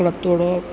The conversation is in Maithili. ओकरा तोड़ि